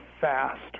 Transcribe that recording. fast